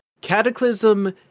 Cataclysm